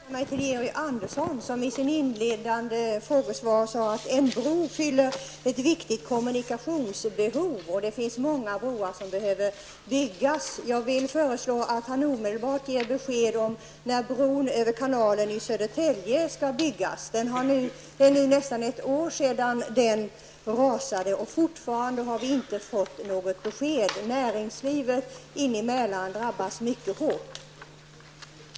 Herr talman! Jag vill vända mig till Georg Andersson, som i ett tidigare frågesvar sade att en bro fyller ett viktigt kommunikationsbehov. Det finns många broar som behöver byggas. Jag vill föreslå att han omedelbart ger besked om när bron över kanalen i Södertälje skall byggas. Det är nästan ett år sedan den rasade, och ännu har vi inte fått något besked. Näringslivet inne i Mälaren drabbas mycket hårt.